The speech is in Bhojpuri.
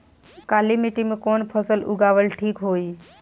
काली मिट्टी में कवन फसल उगावल ठीक होई?